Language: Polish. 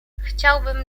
chciałbym